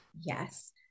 Yes